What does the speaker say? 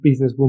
businesswoman